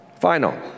final